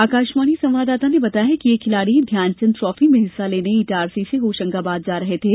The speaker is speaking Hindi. आकाशवाणी संवाददाता ने बताया है कि ये खिलाड़ी ध्यानचंद ट्रॉफी में हिस्सा लेने इटारसी से होशंगाबाद जा रहे थे